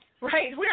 Right